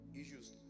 issues